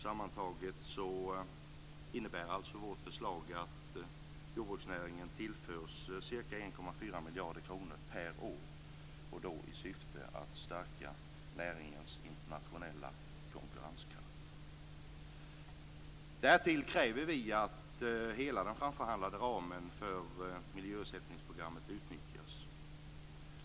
Sammantaget innebär vårt förslag att jordbruksnäringen tillförs ca 1,4 miljarder kronor per år i syfte att stärka näringens internationella konkurrenskraft. Därtill kräver vi att hela den framförhandlade ramen för miljöersättningsprogrammet utnyttjas.